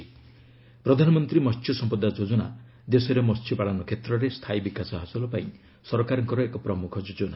ପ୍ରଧାନମନ୍ତ୍ରୀ ମହ୍ୟ ସମ୍ପଦା ଯୋଜନା ଦେଶରେ ମହ୍ୟପାଳନ କ୍ଷେତ୍ରରେ ସ୍ଥାୟୀ ବିକାଶ ହାସଲ ପାଇଁ ସରକାରଙ୍କର ଏକ ପ୍ରମୁଖ ଯୋଜନା